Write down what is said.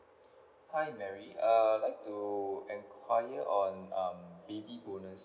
hi mary uh I would like to enquire on um baby bonus